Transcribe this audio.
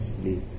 sleep